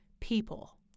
people